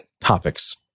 topics